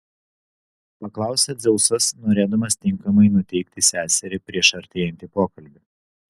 paklausė dzeusas norėdamas tinkamai nuteikti seserį prieš artėjantį pokalbį